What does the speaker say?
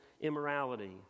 immorality